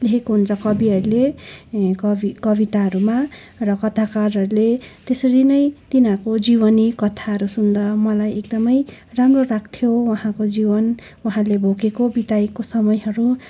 लेखेको हुन्छ कविहरूले कवि कविताहरूमा र कथाकारहरूले त्यसरी तिनीहरूको जीवनी कथाहरू सुन्दा मलाई एकदमै राम्रो लाग्थ्यो उहाँको जीवन उहाँले भोगेको बिताएको समयहरू